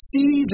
See